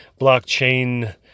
blockchain